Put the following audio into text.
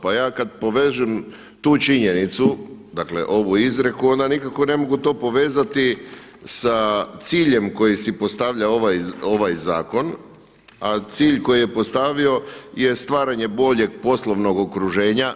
Pa ja kad povežem tu činjenicu, dakle ovu izreku, onda nikako ne mogu to povezati sa ciljem koji si postavlja ovaj zakon, a cilj koji je postavio je stvaranje boljeg poslovnog okruženja.